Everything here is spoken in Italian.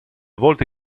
volte